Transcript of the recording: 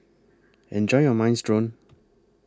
Enjoy your Minestrone